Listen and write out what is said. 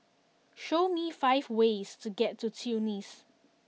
show me five ways to get to Tunis